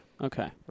Okay